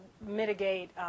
mitigate